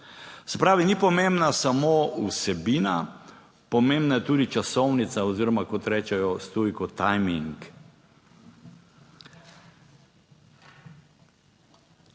pravi, ni pomembna samo vsebina, pomembna je tudi časovnica oziroma, kot rečejo s tujko, timing.